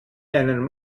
einem